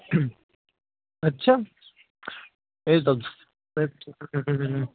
ਅੱਛਾ ਇਹ ਤਾਂ ਹੂੰ ਹੂੰ